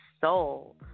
soul